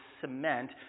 cement